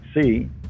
see